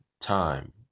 time